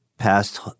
past